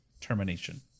termination